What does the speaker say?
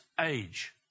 age